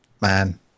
Man